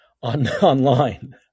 online